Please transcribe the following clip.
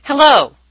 Hello